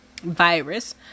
virus